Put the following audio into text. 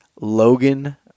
Logan